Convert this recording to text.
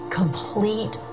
complete